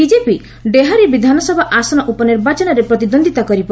BJP Dehri ବିଧାନସଭା ଆସନ ଉପନିର୍ବାଚନରେ ପ୍ରତିଦ୍ୱନ୍ଦିତା କରିବ